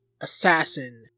assassin